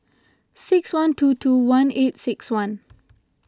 six one two two one eight six one